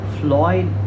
floyd